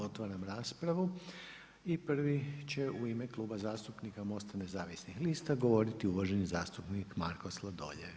Otvaram raspravu i prvi će u ime Kluba zastupnika MOST-a nezavisnih lista govoriti uvaženi zastupnik Marko Sladoljev.